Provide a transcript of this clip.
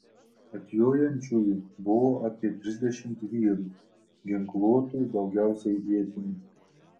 atjojančiųjų buvo apie trisdešimt vyrų ginkluotų daugiausiai ietimis